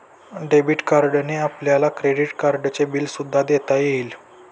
debit कार्डने आपल्याला credit कार्डचे बिल सुद्धा देता येईल